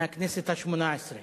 מהכנסת השמונה-עשרה?